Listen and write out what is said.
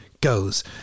goes